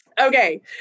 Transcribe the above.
okay